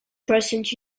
crescent